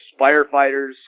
firefighters